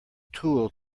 tool